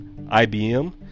IBM